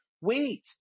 wait